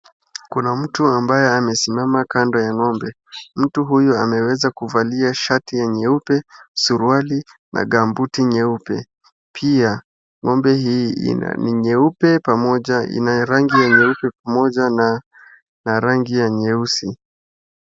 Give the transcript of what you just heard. Kuna mtu ambaye amesimama kando ya ng'ombe. Mtu huyu ameweza kuvalia shati ya nyeupe, suruali na gambuti nyeupe. Pia ng'ombe hii ni nyeupe pamoja ina rangi ya nyeupe pamoja na na rangi ya nyeusi.